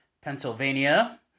Pennsylvania